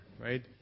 right